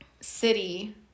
city